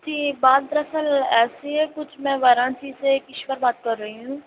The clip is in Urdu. جی بات دراصل ایسی ہے کچھ میں ورانسی سے کشور بات کر رہی ہوں